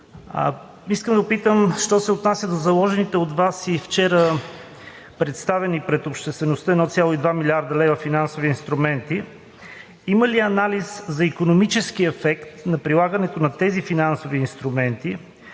Искам да попитам що се отнася до заложените от Вас и вчера представени пред обществеността 1,2 млрд. лв. финансови инструменти има ли анализ за икономическия ефект на прилагането тези финансови инструменти